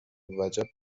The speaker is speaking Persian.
وجب